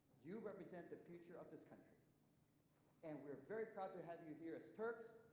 you represent the future of this country and we're very proud to have you here as terps.